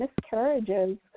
miscarriages